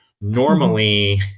Normally